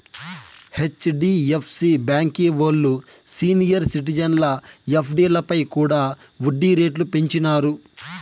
HDFC బాంకీ ఓల్లు senior సిటిజన్ల ఎఫ్డీలపై కూడా ఒడ్డీ రేట్లు పెంచినారు